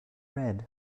red